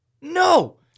No